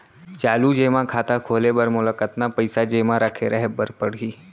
चालू जेमा खाता खोले बर मोला कतना पइसा जेमा रखे रहे बर पड़ही?